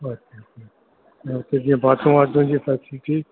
अच्छा और जीअं बाथरूम वाथरूम जी फ़ेसिलीटी